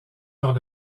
par